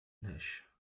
nash